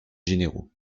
généraux